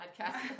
podcast